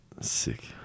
sick